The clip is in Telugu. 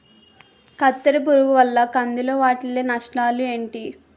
కత్తెర పురుగు వల్ల కంది లో వాటిల్ల నష్టాలు ఏంటి